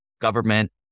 government